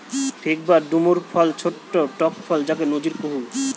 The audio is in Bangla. ফিগ বা ডুমুর ফল ছট্ট টক ফল যাকে নজির কুহু